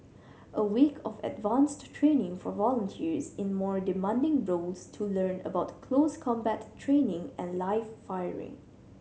a week of advanced training for volunteers in more demanding roles to learn about close combat training and live firing